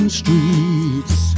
streets